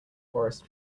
forest